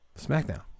SmackDown